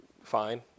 fine